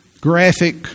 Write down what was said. graphic